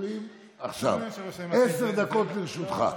עכשיו עשר דקות לרשותך.